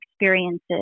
experiences